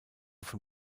von